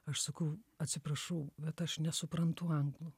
aš sakau atsiprašau bet aš nesuprantu anglų